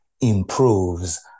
improves